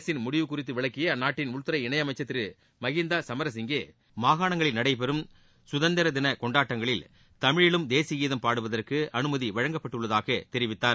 அரசின் முடிவு குறித்து விளக்கிய அந்நாட்டின் உள்துறை இணையமைச்சர் திரு மகீந்தா சமரசசிங்கே மாகாணங்களில் நடைபெறும் குதந்திர தின கொண்டாட்டங்களில் தமிழிலும் தேசீய கீதம் பாடுவதற்கு அனுமதி வழங்கப்பட்டுள்ளதாக தெரிவித்தார்